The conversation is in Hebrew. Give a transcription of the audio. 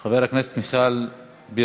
חברת הכנסת מיכל בירן,